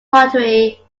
pottery